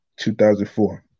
2004